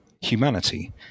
humanity